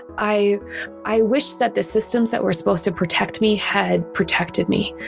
i i wish that the systems that were supposed to protect me had protected me.